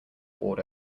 board